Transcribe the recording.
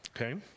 Okay